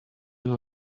will